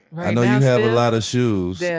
i know you have a lot of shoes. yeah